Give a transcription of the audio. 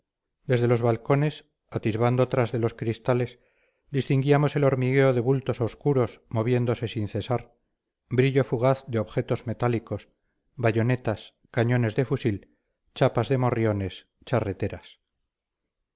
desde los balcones atisbando tras de los cristales distinguíamos el hormigueo de bultos obscuros moviéndose sin cesar brillo fugaz de objetos metálicos bayonetas cañones de fusil chapas de morriones charreteras